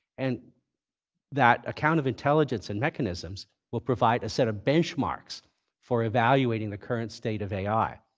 and that account of intelligence in mechanisms will provide a set of benchmarks for evaluating the current state of ai.